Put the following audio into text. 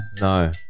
No